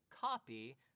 copy